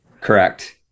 correct